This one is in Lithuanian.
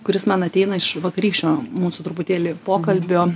kuris man ateina iš vakarykščio mūsų truputėlį pokalbio